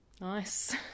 nice